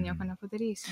nieko nepadarysi